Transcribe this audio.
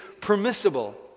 permissible